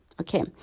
okay